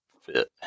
fit